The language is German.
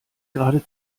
gerade